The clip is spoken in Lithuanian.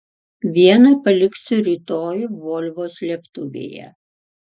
vieną paliksiu rytoj volvo slėptuvėje